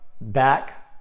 back